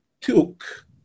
took